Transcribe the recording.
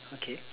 okay